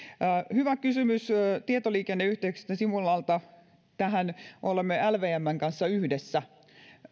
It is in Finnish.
hyvä kysymys tietoliikenneyhteyksistä simulalta tähän olemme lvmn kanssa yhdessä